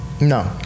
No